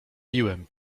piłem